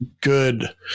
good